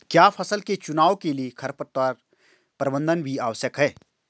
क्या फसल के चुनाव के लिए खरपतवार प्रबंधन भी आवश्यक है?